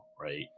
right